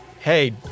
hey